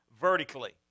vertically